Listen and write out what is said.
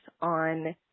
on